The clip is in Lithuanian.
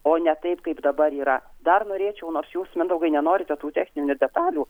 o ne taip kaip dabar yra dar norėčiau nors jūs mindaugai nenorite tų techninių detalių